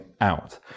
out